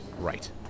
Right